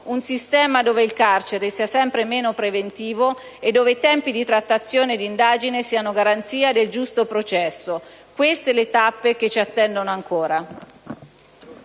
un sistema dove il carcere sia sempre meno preventivo e dove i tempi di trattazione e di indagine siano garanzia del giusto processo. Queste sono le tappe che ci attendono ancora.